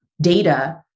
data